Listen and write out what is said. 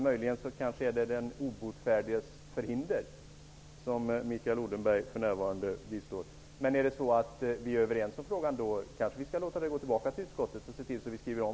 Möjligen är det den obotfärdiges förhinder som Mikael Odenberg för närvarande bistår. Men om vi är överens i frågan kanske vi skall låta den återremitteras till utskottet, så att betänkandet skrivs om.